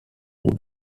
would